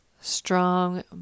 strong